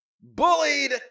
bullied